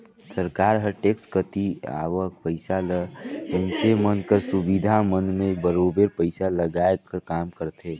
सरकार हर टेक्स कती आवक पइसा ल मइनसे मन कर सुबिधा मन में बरोबेर पइसा लगाए कर काम करथे